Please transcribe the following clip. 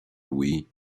louis